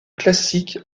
classique